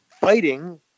fighting